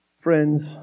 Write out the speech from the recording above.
friends